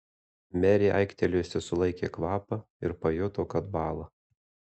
merė aiktelėjusi sulaikė kvapą ir pajuto kad bąla